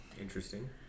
Interesting